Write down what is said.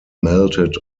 melted